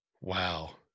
wow